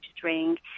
drink